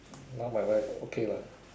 now my wife okay lah